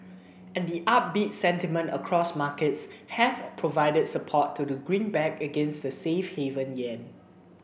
and the upbeat sentiment across markets has provided support to the greenback against the safe haven yen